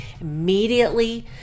Immediately